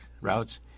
routes